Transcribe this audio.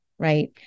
Right